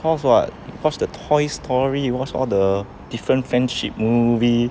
cause what cause the toy story watch all the different friendship movie